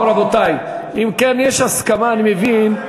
אם כן, יש הסכמה אני מבין,